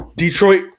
Detroit